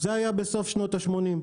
זה היה בסוף שנות ה-80.